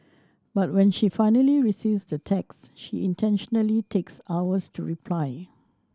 but when she finally receives the text she intentionally takes hours to reply